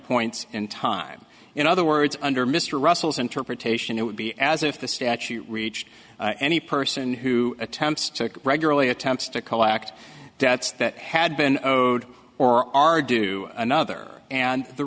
points in time in other words under mr russell's interpretation it would be as if the statute reached any person who attempts to regularly attempts to collect debts that had been code or are due another and the